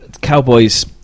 Cowboys